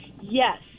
yes